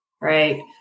right